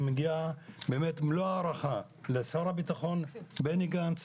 מגיעה באמת מלוא ההערכה לשר הביטחון בני גנץ,